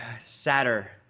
sadder